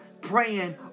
praying